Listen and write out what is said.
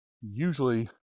usually